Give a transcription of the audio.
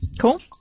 Cool